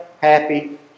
happy